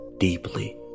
Deeply